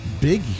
Big